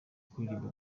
kuririmba